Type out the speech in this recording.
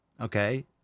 Okay